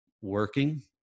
working